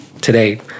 today